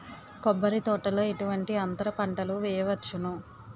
కొబ్బరి తోటలో ఎటువంటి అంతర పంటలు వేయవచ్చును?